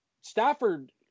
Stafford